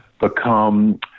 become